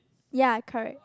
ya correct